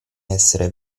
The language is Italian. essere